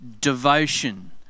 Devotion